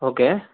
okay